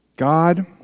God